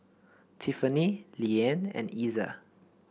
Tiffany Liane and Iza